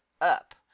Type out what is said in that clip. up